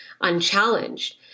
unchallenged